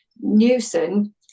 Newson